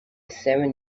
seven